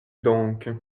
donc